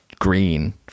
green